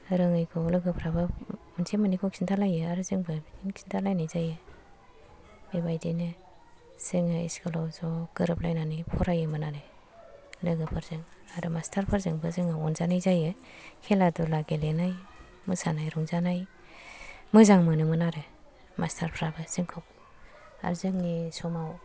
रोङैखौ लोगोफ्राबो मोनसे मोननैखौ खोनथालायो आरो जोंबो बिदिनो खोनथालायनाय जायो बेबादिनो जोङो इस्कुलाव ज' गोरोबलायनानै फरायोमोन आरो लोगोफोरजों आरो मास्टारफोरजोंबो जोङो अनजानाय जायो खेला दुला गेलेनाय मोसानाय रंजानाय मोजां मोनोमोन आरो मास्टारफ्राबो जोंखौ आरो जोंनि समाव